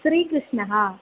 श्रीकृष्णः